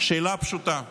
שאלה פשוטה.